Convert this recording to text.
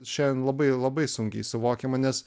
šian labai labai sunkiai suvokiama nes